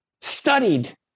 studied